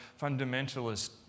fundamentalist